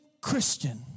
Christian